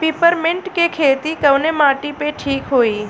Peppermint के खेती कवने माटी पे ठीक होई?